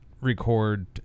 record